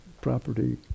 property